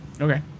Okay